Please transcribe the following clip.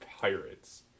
Pirates